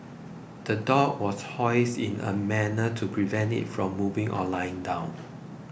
the dog was hoisted in a manner to prevent it from moving or lying down